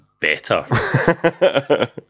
better